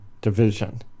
division